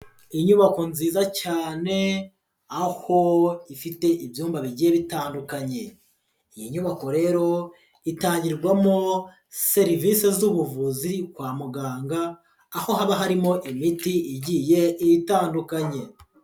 Inyubako nziza cyane, aho ifite ibyumba bigiye bitandukanye, iyi nyubako rero itangirwamo serivisi z'ubuvuzi kwa muganga, aho haba harimo imiti igiye itandukanye.